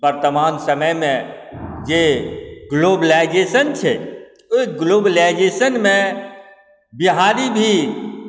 वर्तमान समयमे जे ग्लोबलाइजेशन छै ओ ग्लोबलाइजेशनमे बिहारीभी